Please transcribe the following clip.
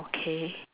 okay